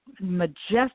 majestic